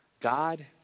God